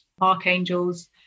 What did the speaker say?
archangels